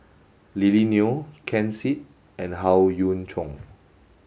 Lily Neo Ken Seet and Howe Yoon Chong